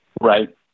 right